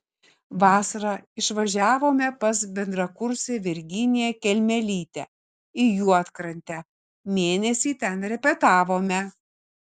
vasarą išvažiavome pas bendrakursę virginiją kelmelytę į juodkrantę mėnesį ten repetavome